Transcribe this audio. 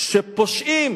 שפושעים